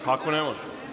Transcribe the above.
Kako ne može.